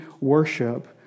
worship